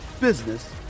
business